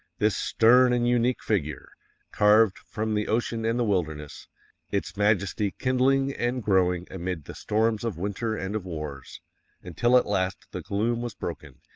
this stern and unique figure carved from the ocean and the wilderness its majesty kindling and growing amid the storms of winter and of wars until at last the gloom was broken,